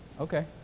Okay